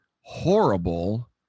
horrible